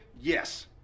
Yes